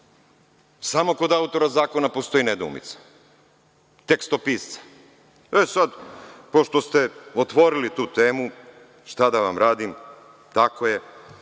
Samo kod autora zakona postoji nedoumica, tekstopisca. E, sad pošto ste otvorili tu temu, šta da vam radim, tako je,